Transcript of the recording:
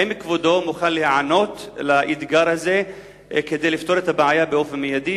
האם כבודו מוכן להיענות לאתגר הזה כדי לפתור את הבעיה באופן מיידי?